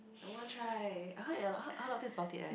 I want try I heard it a lot heard heard a lot this about it right